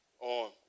on